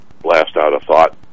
blast-out-of-thought